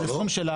זה תחום שלנו,